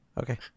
Okay